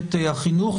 מערכת החינוך.